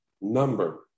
number